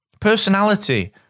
personality